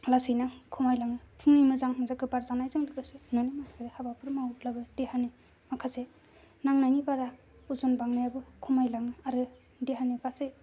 लासैनो खमायलाङो फुंनि मोजां बार जानायजों लोगोसे न'नि माखासे हाबाफोर मावोब्लाबो देहानि माखासे नांनायनि बारा अजन बांनायाबो खमाय लाङो आरो देहानि गासै